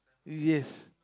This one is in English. yes